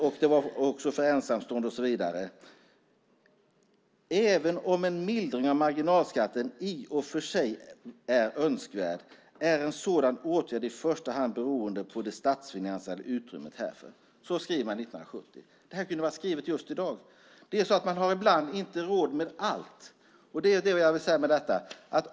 1970 skriver man alltså: "Även om en mildring av marginalskatten i och för sig är önskvärd är en sådan åtgärd i första hand beroende på det statsfinansiella utrymmet härför." Det kunde vara skrivet i dag. Ibland har man inte råd med allt, och det är vad jag vill säga med detta.